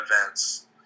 events